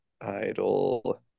idol